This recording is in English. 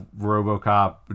RoboCop